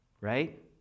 Right